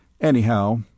Anyhow